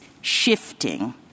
shifting –